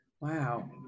wow